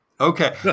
Okay